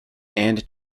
and